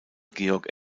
georg